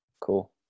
cool